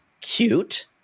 cute